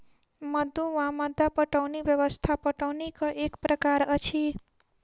मद्दु वा मद्दा पटौनी व्यवस्था पटौनीक एक प्रकार अछि